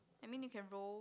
I mean it can roll